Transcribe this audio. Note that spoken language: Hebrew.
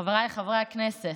חבריי חברי הכנסת,